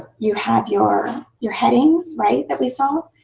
you have your your headings, right, that we saw.